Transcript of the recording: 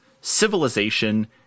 Civilization